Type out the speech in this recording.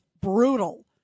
brutal